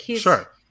Sure